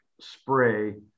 spray